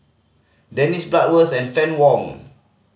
Dennis Bloodworth and Fann Wong